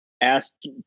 asked